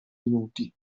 minuti